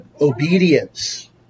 obedience